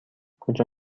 کجا